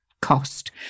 cost